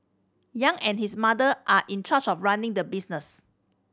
Yang and his mother are in charge of running the business